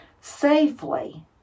safely